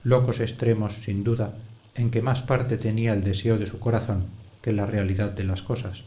locos extremos sin duda en que más parte tenía el deseo de su corazón que la realidad de las cosas